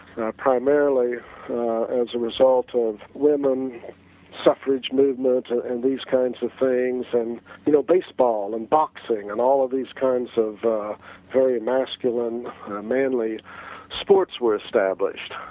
primarily as a result of women suffrage movement and and these kinds of things, and you know baseball and boxing and all of these kinds of very masculine manly sports were established,